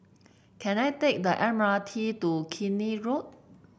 can I take the M R T to Keene Road